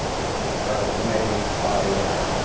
it just broke me. i yeah